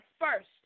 first